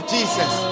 Jesus